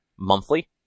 Monthly